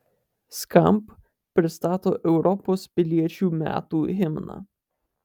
skamp pristato europos piliečių metų himną